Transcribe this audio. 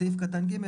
סעיף קטן ג',